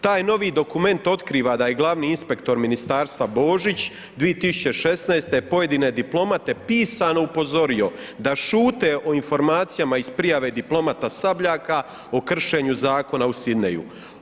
Taj novi dokument otkiva da je glavni inspektor ministarstva Božić 2016. pojedine diplomate pisano upozorio da šute o informacijama iz prijave diplomata Sabljaka, o kršenju zakona u Sydneyju.